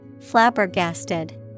Flabbergasted